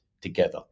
together